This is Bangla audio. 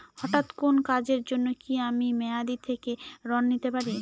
হঠাৎ কোন কাজের জন্য কি আমি মেয়াদী থেকে ঋণ নিতে পারি?